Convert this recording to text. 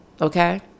Okay